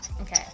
okay